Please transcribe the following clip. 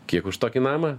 kiek už tokį namą